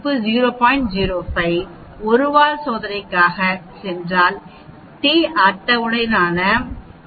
05 1 வால் சோதனைக்காக சென்றால் டி அட்டவணையுடனான p 0